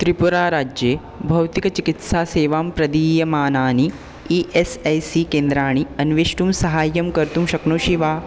त्रिपुराज्ये भौतिकचिकित्सासेवां प्रदीयमानानि E S I C केन्द्राणि अन्वेष्टुं साहाय्यं कर्तुं शक्नोषि वा